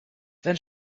then